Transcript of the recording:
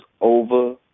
over